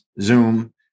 Zoom